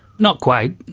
not quite.